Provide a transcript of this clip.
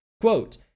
Quote